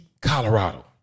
Colorado